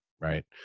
right